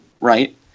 right